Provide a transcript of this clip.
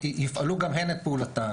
יפעלו גם הן את פעולתן,